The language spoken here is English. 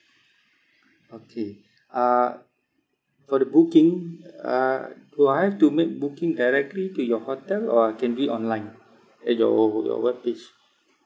okay uh for the booking uh do I have to make booking directly to your hotel or I can do it online at your we~ we~ your web page